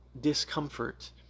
discomfort